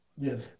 Yes